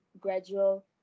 gradual